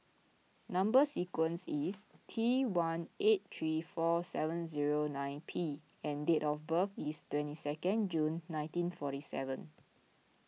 Number Sequence is T one eight three four seven zero nine P and date of birth is twenty second June nineteen forty seven